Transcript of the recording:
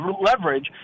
leverage